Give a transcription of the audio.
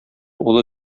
улы